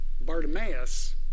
Bartimaeus